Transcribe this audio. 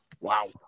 Wow